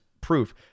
proof